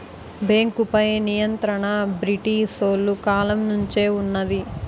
బేంకుపై నియంత్రణ బ్రిటీసోలు కాలం నుంచే వున్నది